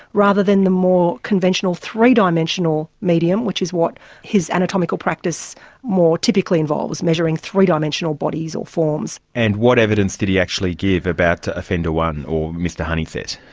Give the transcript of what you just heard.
rather than the more conventional three-dimensional medium which is what his anatomical practice more typically involves, measuring three-dimensional bodies or forms. and what evidence did he actually give about offender one or mr honeysett?